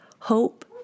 hope